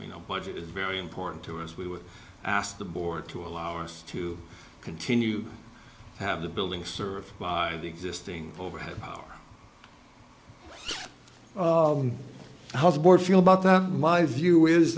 you know budget is very important to us we would ask the board to allow us to continue to have the building served by the existing overhead power house board feel about that my view is